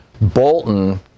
Bolton